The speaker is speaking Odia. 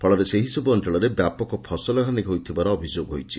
ଫଳରେ ସେହିସବୁ ଅଞ୍ଚଳରେ ବ୍ୟାପକ ଫସଲହାନି ହୋଇଥିବାର ଅଭିଯୋଗ ହୋଇଛି